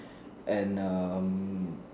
and um